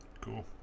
Cool